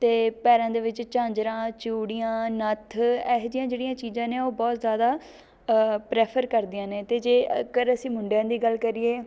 ਅਤੇ ਪੈਰਾਂ ਦੇ ਵਿੱਚ ਝਾਂਜਰਾਂ ਚੂੜੀਆਂ ਨੱਥ ਇਹੋ ਜਿਹੀਆਂ ਜਿਹੜੀਆਂ ਚੀਜ਼ਾਂ ਨੇ ਉਹ ਬਹੁਤ ਜ਼ਿਆਦਾ ਪ੍ਰੈਫਰ ਕਰਦੀਆਂ ਨੇ ਅਤੇ ਜੇ ਅਗਰ ਅਸੀਂ ਮੁੰਡਿਆਂ ਦੀ ਗੱਲ ਕਰੀਏ